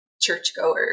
churchgoers